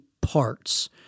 parts